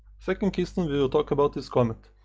second keystone we will talk about is comet,